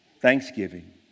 Thanksgiving